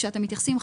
כשאתם מתייחסים,